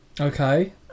Okay